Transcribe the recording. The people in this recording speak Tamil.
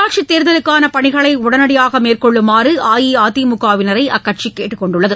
உள்ளாட்சி பணிகளை உடனடியாக மேற்கொள்ளுமாறு அஇஅதிமுகவினரை அக்கட்சி கேட்டுக்கொண்டுள்ளது